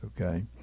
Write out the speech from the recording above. okay